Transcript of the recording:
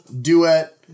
duet